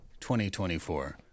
2024